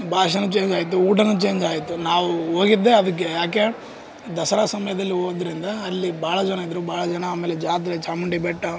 ಭಾಷೆನೂ change ಆಯಿತು ಊಟ change ಆಯಿತು ನಾವೂ ಹೋಗಿದ್ದೇ ಅದಕ್ಕೆ ಯಾಕೆ ದಸರಾ ಸಮಯದಲ್ಲಿ ಹೋಗಿದ್ರಿಂದ ಅಲ್ಲಿ ಭಾಳ ಜನ ಇದ್ರು ಭಾಳ ಜನ ಆಮೇಲೆ ಜಾತ್ರೆ ಚಾಮುಂಡಿ ಬೆಟ್ಟ